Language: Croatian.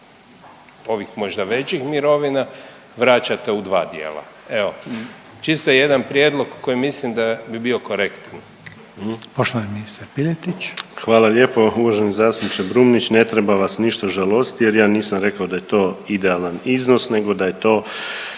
ovih možda većih mirovina vraćate u dva dijela. Evo, čisto jedan prijedlog koji mislim da bi bio korektan. **Reiner, Željko (HDZ)** Poštovani ministar Piletić. **Piletić, Marin (HDZ)** Hvala lijepo. Uvaženi zastupniče Brumnić ne treba vas ništa žalostiti jer ja nisam rekao da je to idealan iznos, nego da je to